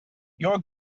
your